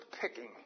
picking